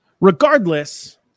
Regardless